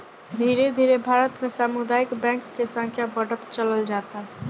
धीरे धीरे भारत में सामुदायिक बैंक के संख्या बढ़त चलल जाता